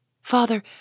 Father